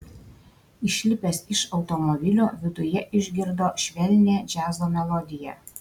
išlipęs iš automobilio viduje išgirdo švelnią džiazo melodiją